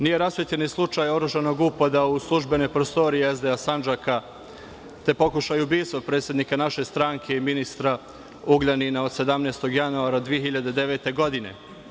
Nije rasvetljen ni slučaj oružanog upada u službene prostorije SDA Sandžaka, te pokušaj ubistva predsednika naše stranke i ministra Ugljanina od 17. januara 2009. godine.